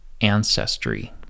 ancestry